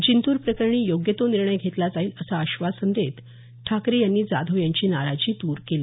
जिंतूर प्रकरणी योग्य तो निर्णय घेतला जाईल असं आश्वासन देत ठाकरे यांनी जाधव यांची नाराजी दूर केली